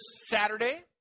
Saturday